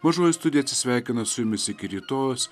mažoji studija atsisveikina su jumis iki rytojaus